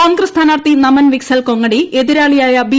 കോൺഗ്രസ് സ്ഥാനാർത്ഥി നമൻ പ്രപ്പിഷിക്സൽ കൊങ്ങടി എതിരാളിയായ ബി